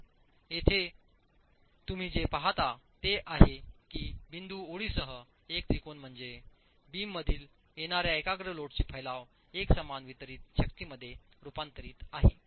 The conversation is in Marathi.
तर येथे तुम्ही जे पाहता ते हे आहे की बिंदू ओळींसह हा त्रिकोण म्हणजे बीममधून येणाऱ्या एकाग्र लोडचे फैलाव एकसमान वितरित शक्तीमध्ये रूपांतरित आहे